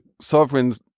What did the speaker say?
sovereigns